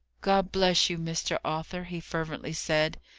god bless you, mr. arthur, he fervently said.